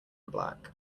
black